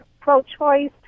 pro-choice